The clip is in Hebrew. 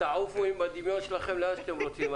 תעופו עם הדמיון שלכם לאן שאתם רוצים,